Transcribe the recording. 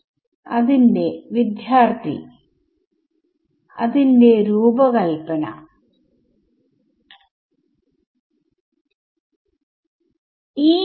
നമുക്ക് delta x ലും delta tയിലും നമുക്ക് ചില വ്യവസ്ഥകൾ കിട്ടും